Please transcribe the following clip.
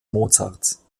mozarts